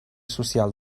social